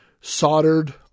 soldered